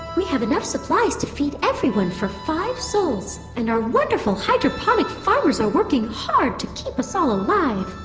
we have enough supplies to feed everyone for five sols and our wonderful hydroponic farmers are working hard to keep us all alive